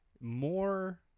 more